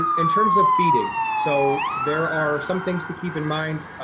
um in terms of feeding, so there are some things to keep in mind.